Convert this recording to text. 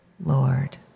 Lord